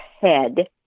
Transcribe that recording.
head